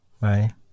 bye